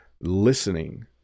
listening